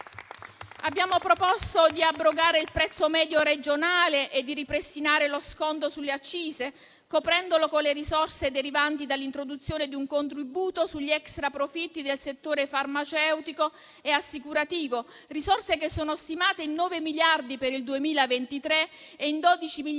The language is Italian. Abbiamo proposto di abrogare il prezzo medio regionale e di ripristinare lo sconto sulle accise coprendolo con le risorse derivanti dall'introduzione di un contributo sugli extra-profitti del settore farmaceutico e assicurativo, risorse che sono stimate in 9 miliardi per il 2023 e in 12 miliardi per il 2024.